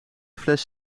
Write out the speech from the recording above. fles